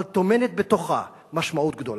אבל טומנת בתוכה משמעות גדולה.